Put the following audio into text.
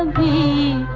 and be